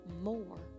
More